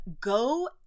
Go